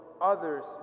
others